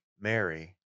Mary